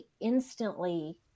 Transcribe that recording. instantly